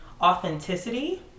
authenticity